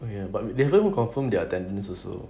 oh ya but they haven't confirm their attendance also